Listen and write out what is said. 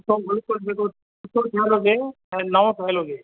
ॾिसो बिल्कुलु जेको सुठो ठहियल हुजे ऐं नओं ठहियल हुजे